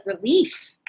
relief